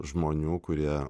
žmonių kurie